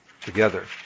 together